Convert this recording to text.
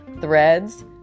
threads